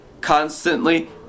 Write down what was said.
constantly